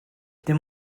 dim